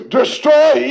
destroy